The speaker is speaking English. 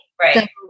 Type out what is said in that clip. Right